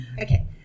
Okay